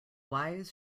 wise